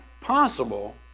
possible